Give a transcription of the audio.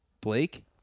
Blake